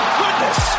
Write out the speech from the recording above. goodness